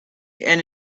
and